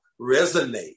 resonate